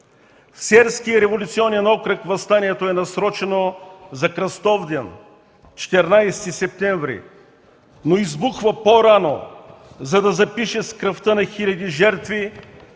Серския революционен окръг въстанието е насрочено за Кръстовден – 14 септември, но избухва по-рано, за да запише с кръвта на хиляди жертви